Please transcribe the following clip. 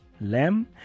Lamb